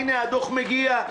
הנה הדוח מגיע,